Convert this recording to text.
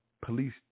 Police